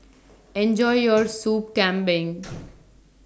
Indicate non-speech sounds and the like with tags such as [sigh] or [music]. Enjoy your Soup Kambing [noise]